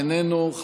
איננו.